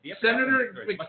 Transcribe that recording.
Senator